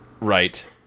Right